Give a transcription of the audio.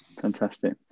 fantastic